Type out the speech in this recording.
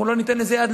אנחנו לא ניתן לזה יד,